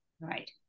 Right